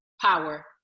power